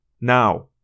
Now